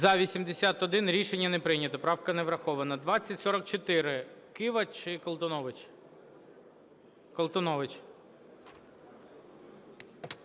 За-81 Рішення не прийнято. Правка не врахована. 2044. Кива чи Колтунович? Колтунович.